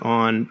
on